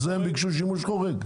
בשביל זה הם ביקשו שימוש חורג.